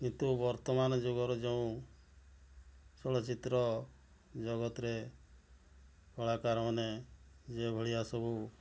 କିନ୍ତୁ ବର୍ତ୍ତମାନ ଯୁଗର ଯେଉଁ ଚଳଚ୍ଚିତ୍ର ଜଗତରେ କଳାକାର ମାନେ ଯେଉଁଭଳିଆ ସବୁ